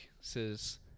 says